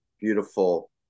beautiful